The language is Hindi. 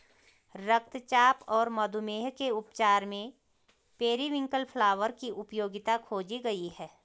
रक्तचाप और मधुमेह के उपचार में पेरीविंकल फ्लावर की उपयोगिता खोजी गई है